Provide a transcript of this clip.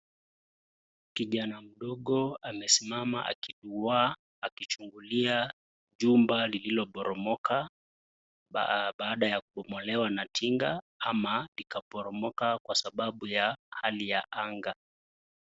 Kijana mdogo amesimama akiduwaa, akichungulia jumba lililoboromoka, baada ya kubomolewa na tinga ama likaporomoka kwa sababu ya hali ya anga.